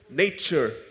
nature